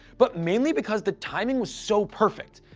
but mainly because the timing was so perfect.